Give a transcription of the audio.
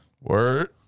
word